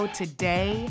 today